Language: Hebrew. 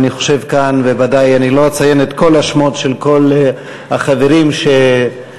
אני לא אציין את כל השמות של כל החברים שהשתתפו,